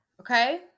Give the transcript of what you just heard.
okay